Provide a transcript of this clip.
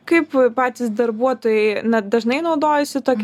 kaip patys darbuotojai dažnai naudojasi tokia